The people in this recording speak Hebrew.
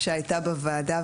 שהייתה בוועדה,